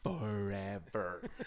Forever